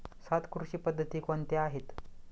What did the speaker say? सात कृषी पद्धती कोणत्या आहेत?